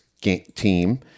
team